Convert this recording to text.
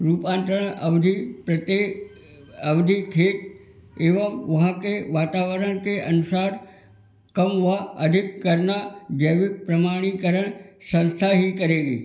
रुपांतरण अवधि प्रत्येक अवधी खेत एवं वहाँ के वातावरण के अनुसार कम व अधिक करना जैविक प्रमाणीकरण संस्था ही करेगी